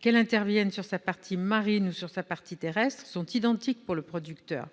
qu'elle soit liée à sa partie marine ou à sa partie terrestre, sont identiques pour le producteur.